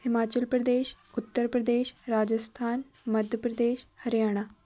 Himachal Pradesh Uttar Pradesh Rajasthan Madhya Pradesh Haryana